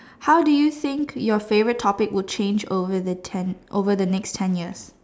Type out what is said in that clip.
how do you think your favourite topic would change over the ten over the next ten years